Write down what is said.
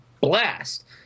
blast